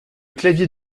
clavier